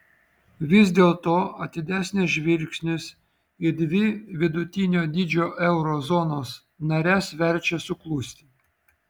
vis dėlto atidesnis žvilgsnis į dvi vidutinio dydžio euro zonos nares verčia suklusti